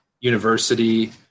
university